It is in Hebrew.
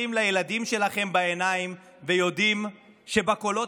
איך אתם מסתכלים לילדים שלכם בעיניים ויודעים שבקולות